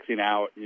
out